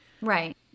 right